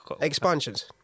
Expansions